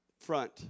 front